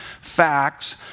facts